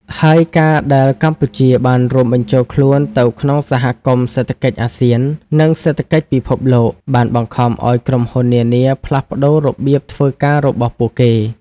ហើយការដែលកម្ពុជាបានរួមបញ្ចូលខ្លួនទៅក្នុងសហគមន៍សេដ្ឋកិច្ចអាស៊ាន និងសេដ្ឋកិច្ចពិភពលោក បានបង្ខំឲ្យក្រុមហ៊ុននានាផ្លាស់ប្ដូររបៀបធ្វើការរបស់ពួកគេ។